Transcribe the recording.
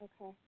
Okay